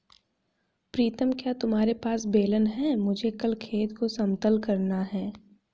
प्रीतम क्या तुम्हारे पास बेलन है मुझे कल खेत को समतल करना है?